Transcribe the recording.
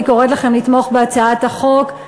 אני קוראת לכם לתמוך בהצעת החוק.